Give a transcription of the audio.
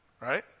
right